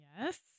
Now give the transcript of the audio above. Yes